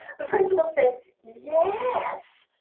the principal said, yes.